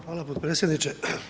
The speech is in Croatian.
Hvala potpredsjedniče.